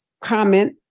comment